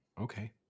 Okay